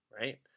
right